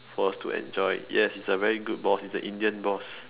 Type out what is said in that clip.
for us to enjoy yes he's a very good boss he's a indian boss